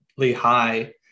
high